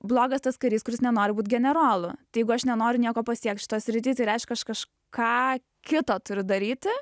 blogas tas karys kuris nenori būt generolu tai jeigu aš nenoriu nieko pasiekt šitoj srity tai reiškia aš kažką kita turiu daryti